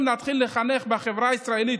צריכים להתחיל לחנך בחברה הישראלית,